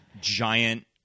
giant